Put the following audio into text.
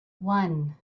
one